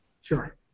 Sure